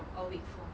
or week four